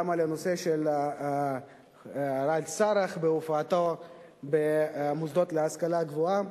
גם על הנושא של ראאד סלאח בהופעתו במוסדות להשכלה גבוהה.